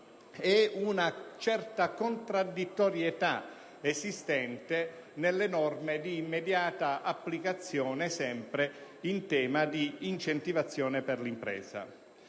e una certa contraddittorietà nelle norme d'immediata applicazione, sempre in tema di incentivazione per l'impresa.